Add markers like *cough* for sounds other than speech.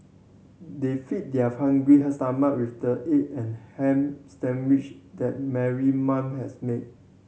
they feed their hungry *unintelligible* stomach with the egg and ham sandwich that Mary mom has made